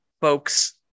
folks